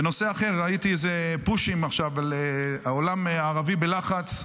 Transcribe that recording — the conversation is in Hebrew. בנושא אחר, ראיתי פושים על כך שהעולם הערבי בלחץ.